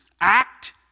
act